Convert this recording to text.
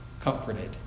comforted